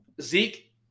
Zeke